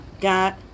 got